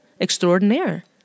extraordinaire